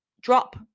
drop